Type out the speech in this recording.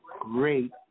great